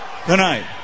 Tonight